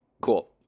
Cool